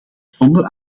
zonder